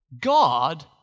God